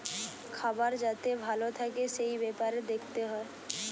খাবার যাতে ভালো থাকে এই বেপারে দেখতে হয়